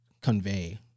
convey